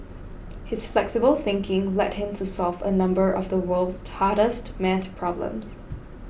his flexible thinking led him to solve a number of the world's hardest maths problems